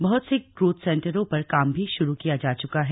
बहुत से ग्रोथ सेंटरों पर काम भी शुरू किया जा चुका है